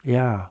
ya